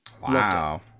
Wow